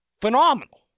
phenomenal